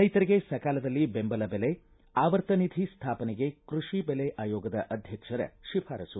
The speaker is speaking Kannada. ರೈತರಿಗೆ ಸಕಾಲದಲ್ಲಿ ಬೆಂಬಲ ಬೆಲೆ ಆವರ್ತ ನಿಧಿ ಸ್ಥಾಪನೆಗೆ ಕೃಷಿ ಬೆಲೆ ಆಯೋಗದ ಅಧ್ಯಕ್ಷರ ಶಿಫಾರಸು